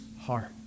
heart